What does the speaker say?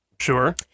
Sure